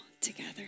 together